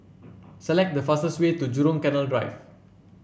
select the fastest way to Jurong Canal Drive